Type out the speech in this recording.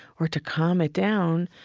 or to calm it down,